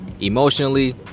Emotionally